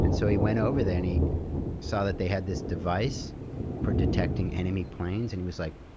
and so, he went over there and he saw that they had this device for detecting enemy planes, and he was like,